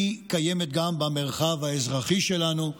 היא קיימת גם במרחב האזרחי שלנו.